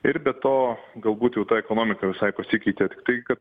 ir be to galbūt jau ta ekonomika visai pasikeitė tik tai kad